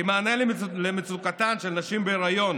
כמענה למצוקתן של נשים בהיריון